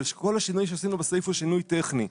כל השינוי שעשינו בסעיף הוא שינוי טכני.